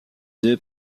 deux